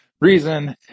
Reason